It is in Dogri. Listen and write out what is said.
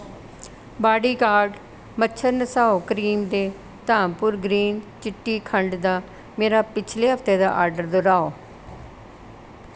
बाडीगार्ड मच्छर नसाओ क्रीम दे धामपुर ग्रीन चिट्टी खंड दा मेरा पिछले हफ्ते दा आर्डर दर्हाओ